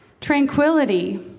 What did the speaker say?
tranquility